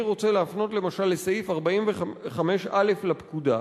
אני רוצה להפנות, למשל, לסעיף 45א לפקודה,